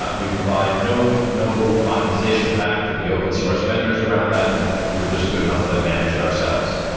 ah we provide no no monetization back to the open source vendors around that and we're just good enough to manage it ourselves.